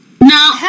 no